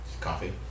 Coffee